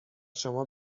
شما